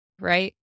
right